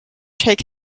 take